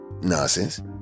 nonsense